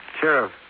Sheriff